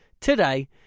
today